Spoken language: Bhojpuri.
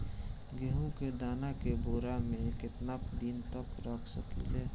गेहूं के दाना के बोरा में केतना दिन तक रख सकिले?